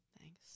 Thanks